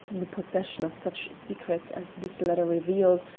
in the possession of such secrets as this letter revealed,